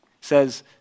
says